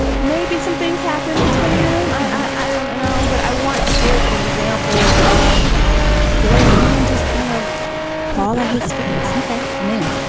maybe some happened between them. i don't know what i want to give an example of the way women just kind of fall at his feet i mean,